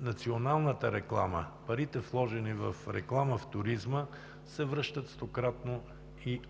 националната реклама, парите, вложени в реклама в туризма, се връщат стократно и